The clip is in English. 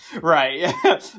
Right